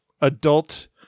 adult